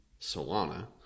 Solana